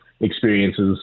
experiences